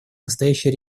настоящий